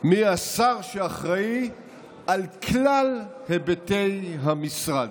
מי השר שאחראי על כלל היבטי המשרד,